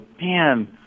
man